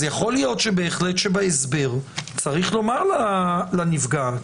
אז יכול להיות בהחלט שבהסבר צריך לומר לנפגעת: